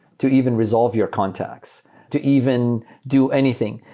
to even resolve your contacts, to even do anything.